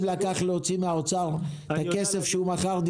לקח להוציא מהאוצר את הכסף מהדירות שמכר?